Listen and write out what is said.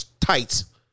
Tights